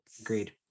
agreed